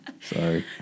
Sorry